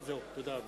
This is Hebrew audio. תודה.